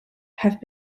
have